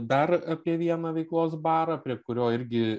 dar apie vieną veiklos barą prie kurio irgi